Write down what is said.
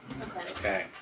Okay